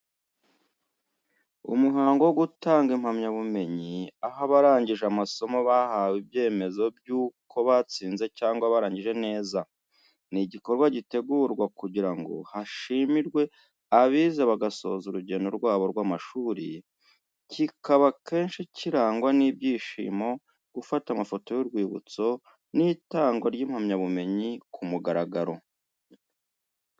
Umuhango wo gutanga impamyabumenyi, aho abarangije amasomo bahawe ibyemezo by’uko batsinze cyangwa barangije neza. Ni igikorwa gitegurwa kugira ngo hashimirwe abize bagasoza urugendo rwabo rw’amashuri, kikaba akenshi kirangwa n’ibyishimo, gufata amafoto y’urwibutso, n’itangwa ry’impamyabumenyi ku mugaragaro.